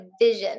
vision